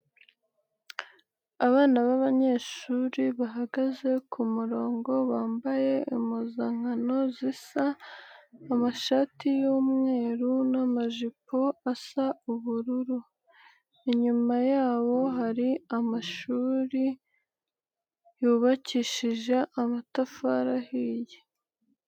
Abana b'abanyeshuri bahagaze ku murongo bambaye impuzankano zisa, amashati y'umweru n'amajipo asa ubururu .Inyuma yabo hari amashuri yubakishije amatafari ahiye.